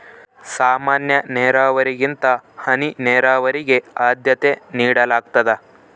ಸಾಮಾನ್ಯ ನೇರಾವರಿಗಿಂತ ಹನಿ ನೇರಾವರಿಗೆ ಆದ್ಯತೆ ನೇಡಲಾಗ್ತದ